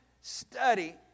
study